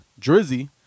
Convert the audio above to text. Drizzy